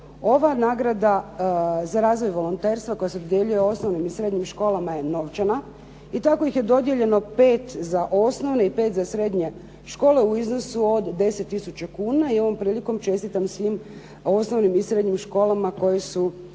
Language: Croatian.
Ova nagrada za razvoj volonterstva koja se dodjeljuje osnovnim i srednjim školama je novčana i tako ih je dodijeljeno 5 za osnove i 5 za srednje škole u iznosu od 10000 kuna. I ovom prilikom čestitam svim osnovnim i srednjim školama koje su